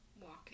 Walking